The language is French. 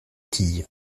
tille